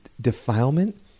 defilement